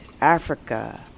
africa